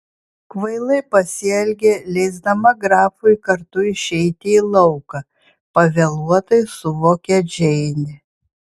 kvailai pasielgė leisdama grafui kartu išeiti į lauką pavėluotai suvokė džeinė